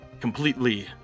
completely